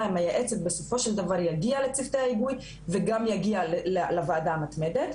המייעצת בסופו של דבר יגיע לצוותי ההיגוי וגם יגיע לוועדה המתמדת.